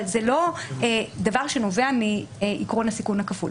אבל זה לא דבר שנובע מעיקרון הסיכון הכפול.